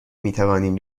میتوانیم